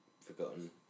forgotten